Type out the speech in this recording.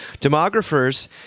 Demographers